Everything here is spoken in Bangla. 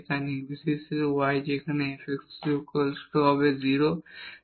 তবে নির্বিশেষে y সেখানে এই fx হবে 0 হবে